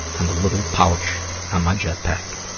on the little pouch on my jetpack.